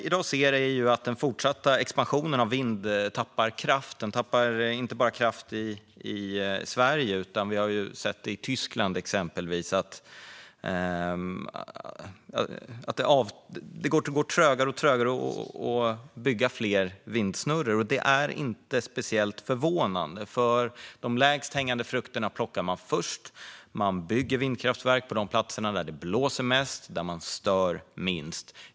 Vad vi ser i dag är att den fortsatta expansionen av vind tappar kraft. Det gör den inte bara i Sverige, utan vi har sett i exempelvis Tyskland att det går trögare och trögare att bygga fler vindsnurror. Detta är inte speciellt förvånande, för de lägst hängande frukterna plockar man först. Man bygger vindkraftverk på de platser där det blåser mest och där man stör minst.